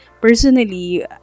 Personally